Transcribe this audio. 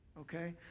Okay